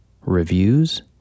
Reviews